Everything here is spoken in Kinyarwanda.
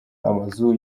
amazu